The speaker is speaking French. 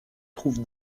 trouve